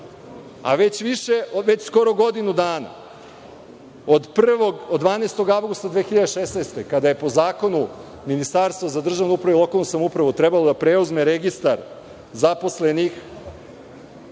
u radu, a već skoro godinu dana, od 12. avgusta 2016. godine, kada je po zakonu Ministarstvo za državnu upravu i lokalnu samoupravu trebalo da preuzme registar zaposlenih,